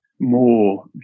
more